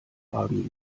argen